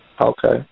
Okay